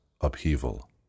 upheaval